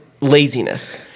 laziness